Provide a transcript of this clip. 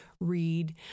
read